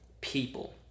people